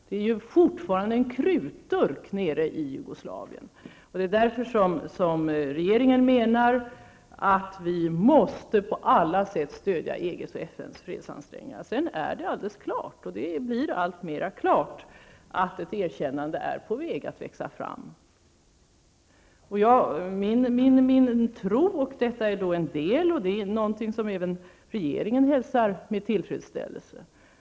Det är fortfarande en krutdurk i Jugoslavien. Det är därför som regeringen menar att vi måste på alla sätt stödja EGs och FNs fredsansträngningar. Det blir alltmera klart att ett erkännande är på väg att växa fram. Detta är något som även regeringen hälsar med tillfresställelse.